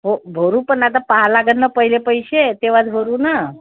हो भरू पण आता पाहा लागंल ना पहिले पैसे तेव्हाच भरू नं